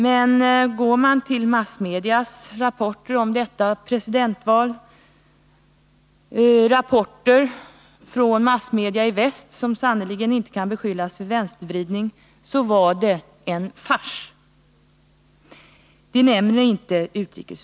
Men går man till massmedias rapporter om detta presidentval, finner man att de betecknar valet som en fars. Det nämner inte utrikesutskottet. Det är ändå fråga om rapporter från massmedia i väst, som sannerligen inte kan beskyllas för vänstervridning.